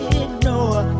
ignore